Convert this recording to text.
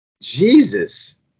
Jesus